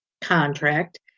contract